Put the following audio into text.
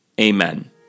Amen